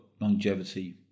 longevity